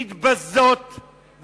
להתבזות,